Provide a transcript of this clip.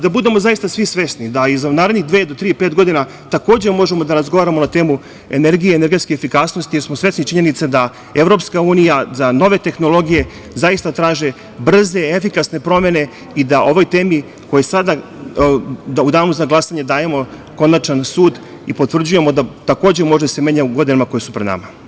Da budemo zaista svi svesni da i za u narednih dve do tri, pet godina takođe možemo da razgovaramo na temu energije, energetske efikasnosti, jer smo svesni činjenice da EU za nove tehnologije zaista traži brze i efikasne promene i da o ovoj temi kojoj sada u Danu za glasanje dajemo konačan sud i potvrđujemo da takođe može da se menja u godinama koje su pred nama.